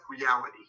reality